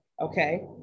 Okay